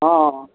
हँ हँ